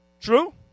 True